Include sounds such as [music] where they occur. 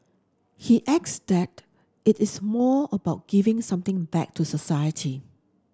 he [unintelligible] that it is more about giving something back to society